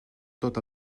tot